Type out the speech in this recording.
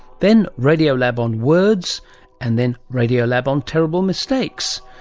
then radiolab on words and then radiolab on terrible mistakes,